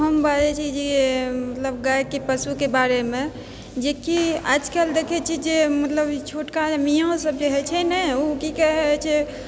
हम बाजै छी जे मतलब गायके पशुके बारेमे जेकि आजकल देखै छी जे मतलब ई छोटका जे मियाँ सब जे होइ छै ने ओऽ कि कहे छै